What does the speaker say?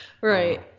Right